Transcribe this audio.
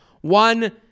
One